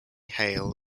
hale